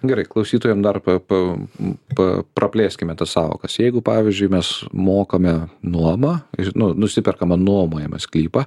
gerai klausytojam dar pa pa praplėskime tą sąvokas jeigu pavyzdžiui mes mokame nuomą ir nu nusiperkame nuomojamą sklypą